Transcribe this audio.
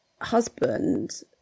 husband